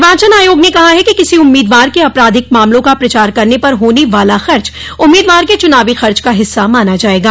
निर्वाचन आयोग ने कहा है कि किसी उम्मीदवार के आपराधिक मामलों का प्रचार करने पर होने वाला खर्च उम्मीदवार के च्रनावी खर्च का हिस्सा माना जाएगा